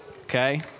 Okay